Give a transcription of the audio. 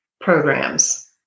programs